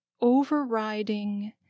overriding